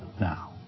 now